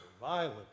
violent